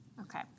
Okay